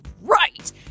right